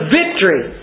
victory